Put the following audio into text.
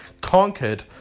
conquered